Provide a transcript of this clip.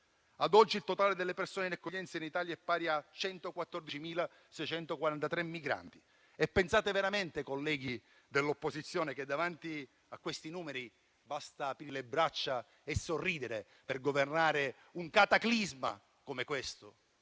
Ad oggi, il totale delle persone in accoglienza in Italia è pari a 114.643 migranti. Pensate veramente, colleghi dell'opposizione, che davanti a questi numeri basti aprire le braccia e sorridere per governare un cataclisma come questo?